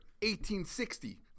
1860